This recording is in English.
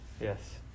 Yes